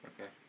Okay